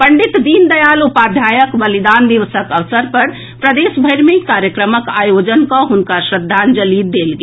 पंडित दीन दयाल उपाध्यायक बलिदान दिवसक अवसर पर प्रदेश भरि मे कार्यक्रमक आयोजन कऽ हुनका श्रद्धांजलि देल गेल